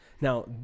Now